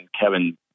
kevin